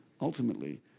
ultimately